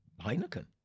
Heineken